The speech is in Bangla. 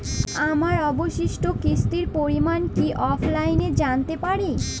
আমার অবশিষ্ট কিস্তির পরিমাণ কি অফলাইনে জানতে পারি?